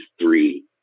three